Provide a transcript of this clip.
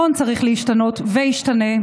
המון צריך להשתנות וישתנה.